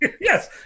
Yes